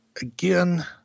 Again